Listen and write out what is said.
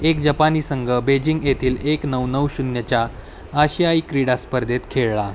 एक जपानी संघ बेजिंग येथील एक नऊ नऊ शून्यच्या आशियाई क्रीडा स्पर्धेत खेळला